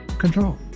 control